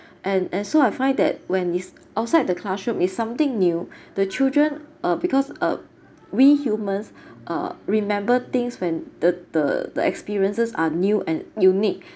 and and so I find that when it's outside the classroom is something new the children uh because uh we humans uh remember things when the the the experiences are new and unique